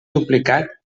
duplicat